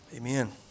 Amen